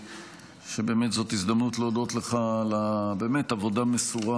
שבאמת זאת הזדמנות להודות לך על העבודה המסורה,